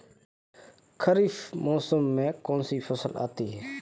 खरीफ मौसम में कौनसी फसल आती हैं?